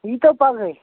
یی تَو پَگہٕے